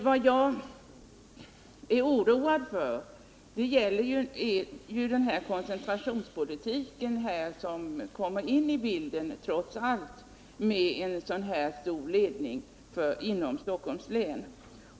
Vad jag oroar mig för är den koncentrationspolitik som trots allt kommer in i bilden när det gäller en så stor ledning inom Stockholms län.